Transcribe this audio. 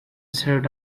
served